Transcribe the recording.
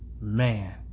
man